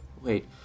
Wait